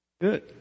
Good